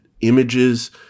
images